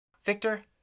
Victor